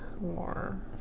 more